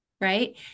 Right